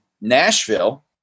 Nashville